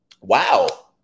wow